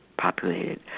populated